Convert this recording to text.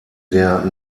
der